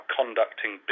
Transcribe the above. conducting